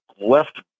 left